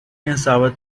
pensava